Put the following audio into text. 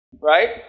right